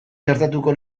gertatuko